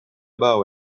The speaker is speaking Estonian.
päeva